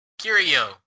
curio